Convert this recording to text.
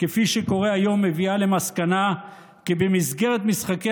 כפי שקורה היום מביאה למסקנה כי במסגרת משחקי